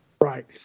Right